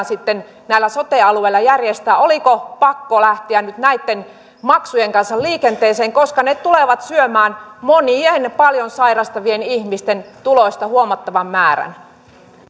sitten näillä sote alueilla järjestää oliko pakko lähteä nyt näitten maksujen kanssa liikenteeseen koska ne tulevat syömään monien paljon sairastavien ihmisten tuloista huomattavan määrän